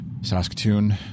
Saskatoon